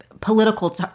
political